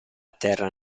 terra